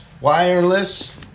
wireless